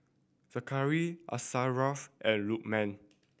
Zakaria Asharaff and Lukman